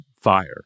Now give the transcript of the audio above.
fire